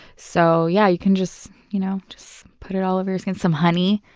so yeah you can just you know just put it all over your skin. some honey.